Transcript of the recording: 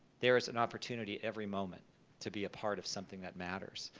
there is an opportunity every moment to be a part of something that matters,